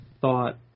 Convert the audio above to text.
thought